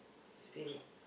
spirit